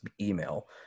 email